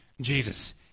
jesus